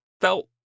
felt